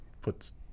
puts